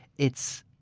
it's